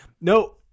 no